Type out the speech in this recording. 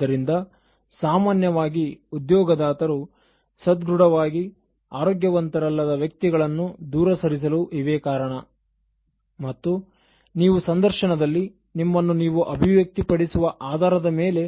ಆದ್ದರಿಂದ ಸಾಮಾನ್ಯವಾಗಿ ಉದ್ಯೋಗದಾತರು ಸದೃಢವಾಗಿ ಆರೋಗ್ಯವಂತರಲ್ಲದ ವ್ಯಕ್ತಿಗಳನ್ನು ದೂರ ಸರಿಸಲು ಇವೆ ಕಾರಣ ಮತ್ತು ನೀವು ಸಂದರ್ಶನದಲ್ಲಿ ನಿಮ್ಮನ್ನು ನೀವು ಅಭಿವ್ಯಕ್ತಿ ಪಡಿಸುವ ಆಧಾರದ ಮೇಲೆ